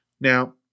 Now